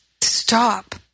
Stop